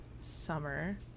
summer